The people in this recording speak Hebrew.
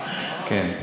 כן.